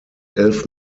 elf